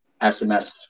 SMS